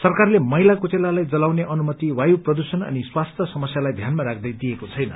सरकारले मैला कुचेलालाई जलाउने अनुमति वायु प्रदूषण अनि स्वास्थ्य समस्यालाई ध्यानमा राख्दै दिएको छैन